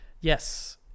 Yes